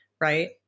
right